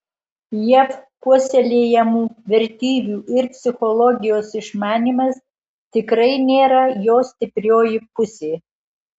jav puoselėjamų vertybių ir psichologijos išmanymas tikrai nėra jo stiprioji pusė